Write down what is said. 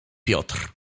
piotr